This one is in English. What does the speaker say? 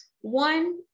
one